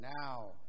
Now